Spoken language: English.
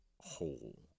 whole